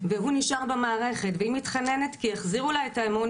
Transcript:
והוא נשאר במערכת והיא מתחננת שיחזירו לה את האמון,